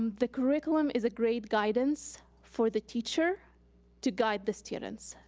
um the curriculum is a great guidance for the teacher to guide the students.